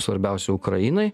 svarbiausia ukrainai